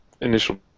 initial